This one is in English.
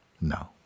No